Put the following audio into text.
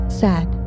sad